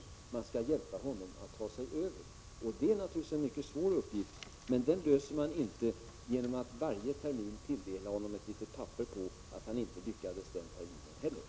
Man skall hjälpa de unga att ta sig över. Men det är naturligtvis en mycket svår uppgift. Den löser man inte genom att varje termin tilldela ungdomarna ett litet papper på att de inte lyckades den terminen heller.